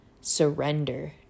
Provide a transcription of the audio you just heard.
surrender